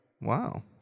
Wow